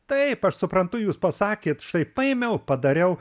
taip aš suprantu jūs pasakėt štai paėmiau padariau